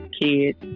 kids